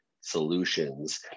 solutions